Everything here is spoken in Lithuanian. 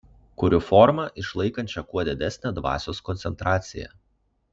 kuriu formą išlaikančią kuo didesnę dvasios koncentraciją